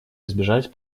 избежать